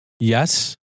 Yes